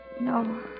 No